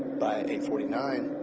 by eight forty nine,